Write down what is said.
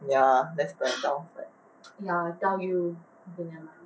ya that's that downside